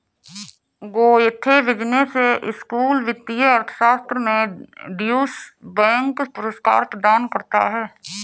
Goethe Business School वित्तीय अर्थशास्त्र में ड्यूश बैंक पुरस्कार प्रदान करता है